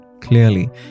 clearly